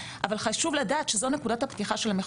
אבל חשוב לדעת שזו נקודת הפתיחה של המחוקק.